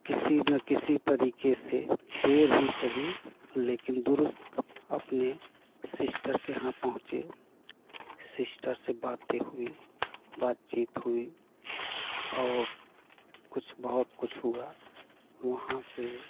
किसी न किसी तरीके से देर ही सही लेकिन दुरुस्त अपने सिस्टर के यहाँ पहुँचे सिस्टर से बातें हुई बातचीत हुई और कुछ बहुत कुछ हुआ वहाँ से